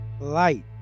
light